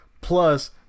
Plus